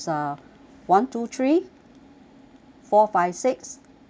one two three four five six uh